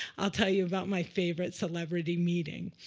i'll tell you about my favorite celebrity meeting.